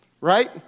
right